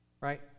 Right